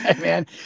man